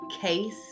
case